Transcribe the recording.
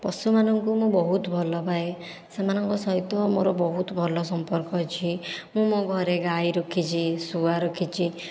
ପଶୁମାନଙ୍କୁ ମୁଁ ବହୁତ ଭଲପାଏ ସେମାନଙ୍କ ସହିତ ମୋର ବହୁତ ଭଲ ସମ୍ପର୍କ ଅଛି ମୁଁ ମୋ' ଘରେ ଗାଈ ରଖିଛି ଶୁଆ ରଖିଛି